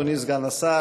אדוני סגן השר,